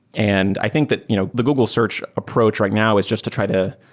and i think that you know the google search approach right now is just to try to,